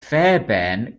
fairbairn